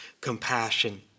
compassion